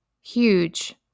huge